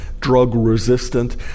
drug-resistant